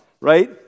right